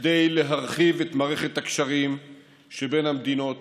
כדי להרחיב את מערכת הקשרים שבין המדינות